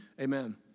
amen